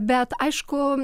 bet aišku